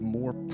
more